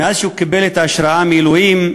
מאז שהוא קיבל את ההשראה מאלוהים,